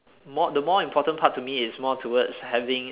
more the more important part to me is more towards having